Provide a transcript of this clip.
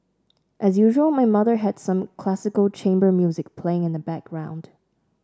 as usual my mother had some classical chamber music playing in the background